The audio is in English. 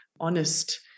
honest